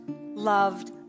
loved